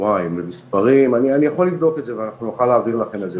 אני יכול לבדוק את זה ואנחנו נוכל להעביר לכם את זה.